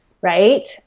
right